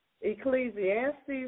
Ecclesiastes